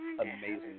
amazing